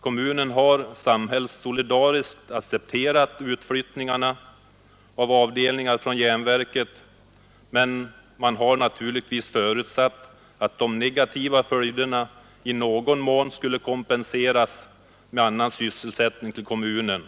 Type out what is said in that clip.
Kommunen har samhällssolidariskt accepterat utflyttningen av avdelningar från järnverket men har naturligtvis förutsatt att de negativa följderna i någon mån skulle kompenseras med annan sysselsättning till kommunen,